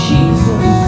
Jesus